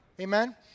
Amen